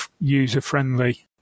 user-friendly